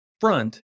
front